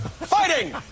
fighting